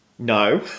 no